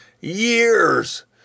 Years